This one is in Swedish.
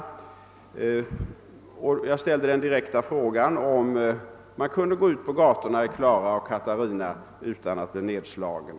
Jag ställde den direkta frågan, om man på kvällarna kunde gå ut på gatorna utan att bli nedslagen.